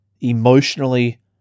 emotionally